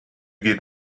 give